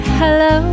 hello